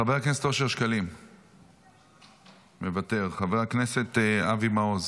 חבר הכנסת אושר שקלים, מוותר, חבר הכנסת אבי מעוז,